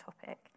topic